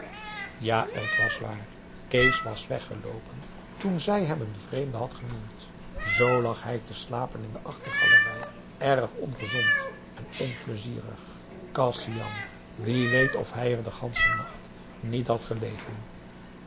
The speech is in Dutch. ja t was waar kees was weggeloopen toen zij hem een vreemde had genoemd zoo lag hij te slapen in de achtergalerij erg ongezond en onpleizierig kasian wie weet of hij er den ganschen nacht niet had gelegen